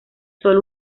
sólo